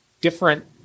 different